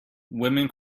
women